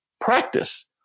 practice